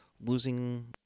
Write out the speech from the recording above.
losing